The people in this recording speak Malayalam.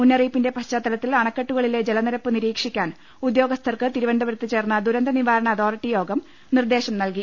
മുന്നറിയിപ്പിന്റെ പശ്ചാത്തലത്തിൽ അണക്കെട്ടുകളിലെ ജല നിരപ്പ് നിരീക്ഷിക്കാൻ ഉദ്യോഗസ്ഥർക്ക് തിരുവനന്തപുരത്ത് ചേർന്ന ദുരന്തനിവാരണ അതോറിറ്റിയോഗം നിർദ്ദേശം നൽകി